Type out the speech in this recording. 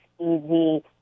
easy